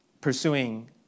pursuing